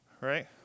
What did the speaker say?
right